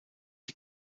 die